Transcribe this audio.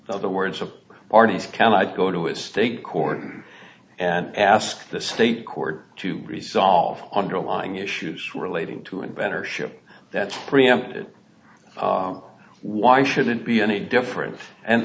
the words of the parties can i'd go to a state court and ask the state court to resolve underlying issues relating to a better ship that's preempted why should it be any different and